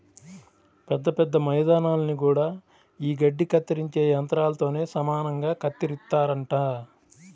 పెద్ద పెద్ద మైదానాల్ని గూడా యీ గడ్డి కత్తిరించే యంత్రాలతోనే సమానంగా కత్తిరిత్తారంట